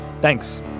Thanks